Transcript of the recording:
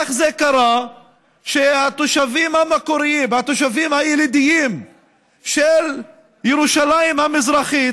איך קרה שהתושבים המקוריים והתושבים הילידים של ירושלים המזרחית